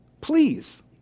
please